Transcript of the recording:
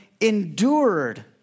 endured